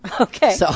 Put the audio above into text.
Okay